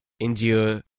endure